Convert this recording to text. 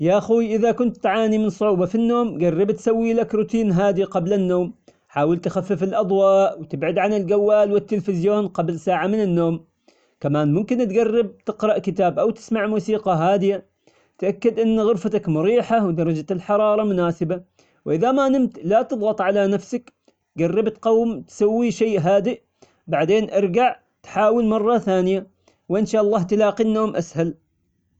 يا خوي إذا كنت تعاني من صعوبة في النوم جرب تسويلك روتين هادي قبل النوم، حاول تخفف الأضواء وتبعد عن الجوال والتلفزيون قبل ساعة من النوم، كمان ممكن تجرب تقرأ كتاب أو تسمع موسيقى هادية، تأكد إن غرفتك مريحة ودرجة الحرارة مناسبة، وإذا ما نمت لا تضغط على نفسك، جرب تقوم تسوي شي هادئ بعدين ارجع تحاول مرة ثانية ، وإن شاء الله تلاقي النوم أسهل.